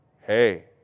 hey